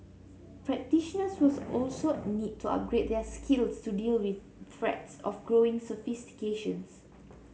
practitioners will also need to upgrade their skills to deal with threats of growing sophistications